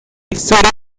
pseudo